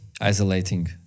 Isolating